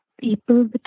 people